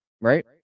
Right